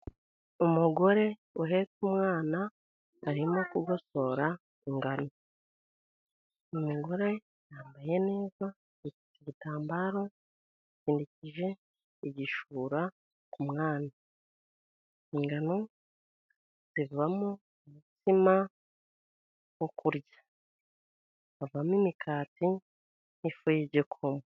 Umugore uhetse umwana arimo kugosora ingano, umugore yambaye neza igitambaro yakindikije igishura ku mwana, ingano zivamo umutsima wo kurya, havamo imikati n'ifu y'igikoma.